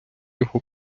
його